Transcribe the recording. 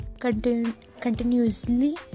continuously